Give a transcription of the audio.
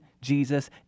Jesus